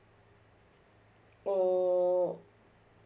oh oh